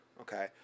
Okay